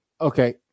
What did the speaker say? Okay